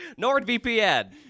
NordVPN